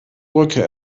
brücke